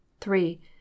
Three